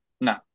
No